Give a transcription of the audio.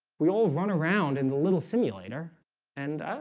we all run around in the little simulator and